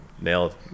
Nailed